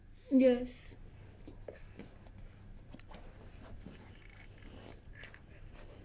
yes